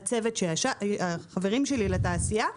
החברים שלי לתעשייה,